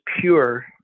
pure